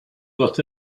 doit